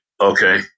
okay